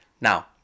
Now